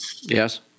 Yes